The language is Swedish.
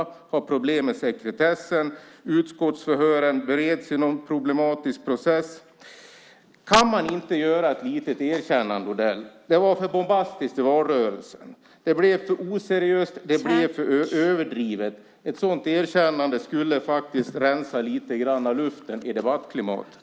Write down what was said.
Man har problem med sekretessen. Frågan om utskottsförhör bereds i någon problematisk process. Kan man inte göra ett litet erkännande, Odell? Det var för bombastiskt i valrörelsen. Det blev för oseriöst, och det blev för överdrivet. Ett sådant erkännande skulle faktiskt rensa luften lite grann i debattklimatet.